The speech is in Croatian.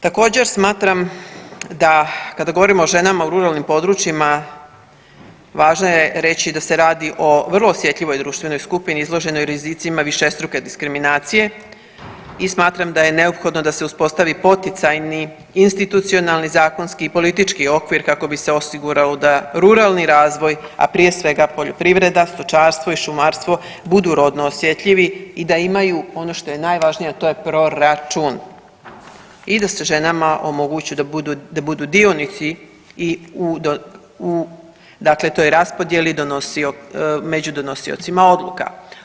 Također smatram da kada govorimo o ženama u ruralnim područjima važno je reći da se radi o vrlo osjetljivoj društvenoj skupini izloženoj rizicima višestruke diskriminacije i smatram da je neophodno da se uspostavi poticajni, institucionalni, zakonski i politički okvir kako bi se osiguralo da ruralni razvoj, a prije svega poljoprivreda, stočarstvo i šumarstvo budu rodno osjetljivi i da imaju ono što je najvažnije, a to je proračun i da se ženama omogući da budu dionici i u, u dakle toj raspodijeli donosio, među donosiocima odluka.